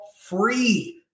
free